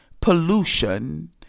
pollution